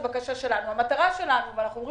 המטרה שלנו היא להביא